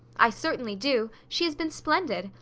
i certainly do! she has been splendid.